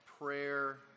prayer